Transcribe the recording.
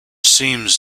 seems